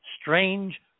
strange